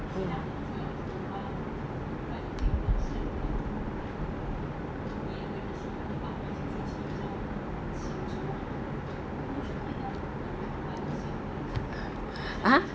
mm !huh!